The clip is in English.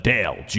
Dale